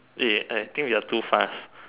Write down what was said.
eh I think we are too fast